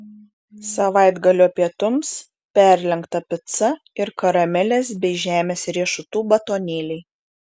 savaitgalio pietums perlenkta pica ir karamelės bei žemės riešutų batonėliai